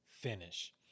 finish